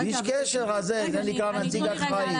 איש הקשר הזה נקרא נציג אחראי.